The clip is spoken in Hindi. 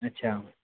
अच्छा